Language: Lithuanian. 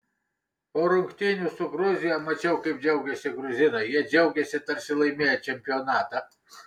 po rungtynių su gruzija mačiau kaip džiaugėsi gruzinai jie džiaugėsi tarsi laimėję čempionatą